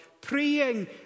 praying